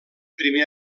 primer